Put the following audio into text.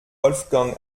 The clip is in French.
wolfgang